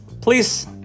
please